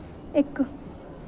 इक